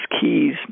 keys